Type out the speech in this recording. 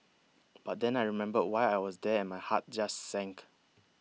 but then I remembered why I was there and my heart just sank